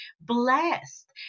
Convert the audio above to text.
blessed